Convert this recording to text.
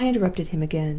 i interrupted him again.